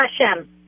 Hashem